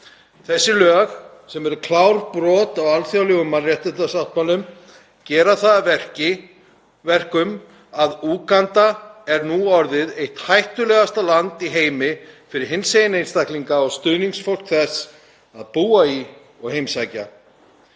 Þessi lög, sem eru klárt brot á alþjóðlegum mannréttindasáttmálum, gera það að verkum að Úganda er nú orðið eitt hættulegasta land í heimi fyrir hinsegin einstaklinga og stuðningsfólk þess að búa í og heimsækja.